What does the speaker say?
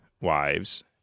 wives